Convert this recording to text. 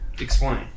explain